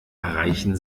erreichen